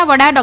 નાં વડા ડો